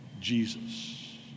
Jesus